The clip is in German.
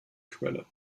quelle